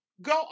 Go